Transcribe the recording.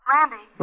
Randy